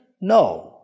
No